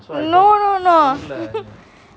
no no no